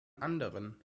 anderen